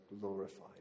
glorified